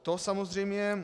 To samozřejmě...